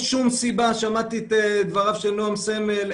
שמעתי את דבריו של נעם סמל,